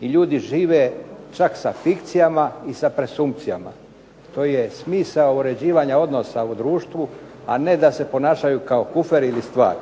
i ljudi žive čak sa fikcijama i sa presumpcijama. To je smisao uređivanja odnosa u društvu, a ne da se ponašaju kao kuferi ili stvari.